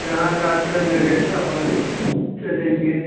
जहाँ जहाँ चलने की इच्छा होगी चलेंगे